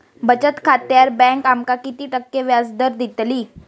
बचत खात्यार बँक आमका किती टक्के व्याजदर देतली?